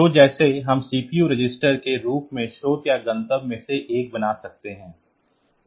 तो जैसे हम CPU रजिस्टर के रूप में स्रोत या गंतव्य में से एक बना सकते हैं